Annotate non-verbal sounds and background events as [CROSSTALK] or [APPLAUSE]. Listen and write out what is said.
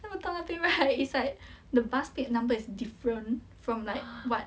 then 我们到那边 right [LAUGHS] is like [BREATH] the bus plate number is different from like what